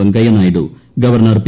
Venkaiah Naidu governor P